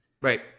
Right